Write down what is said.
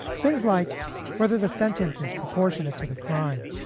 things like whether the sentence is proportionate to the crime,